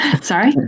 Sorry